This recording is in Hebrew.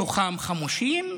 בעזה, מתוכם חמושים,